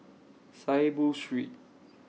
Saiboo Street